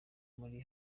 bari